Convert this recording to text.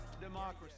democracy